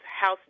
House